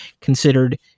considered